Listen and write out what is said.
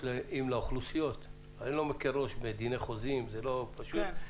אני לא מקל ראש בדיני חוזים, זה לא פשוט.